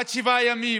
עד שבעה ימים,